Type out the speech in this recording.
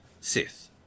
...Sith